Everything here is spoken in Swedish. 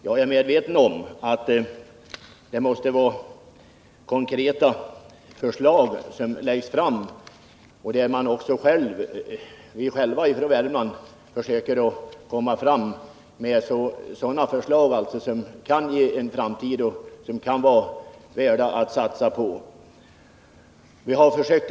Jag är medveten om att konkreta förslag måste läggas fram och att vi i Värmland också själva måste medverka till att förslagen är realistiska och värda att satsa på i en framtid.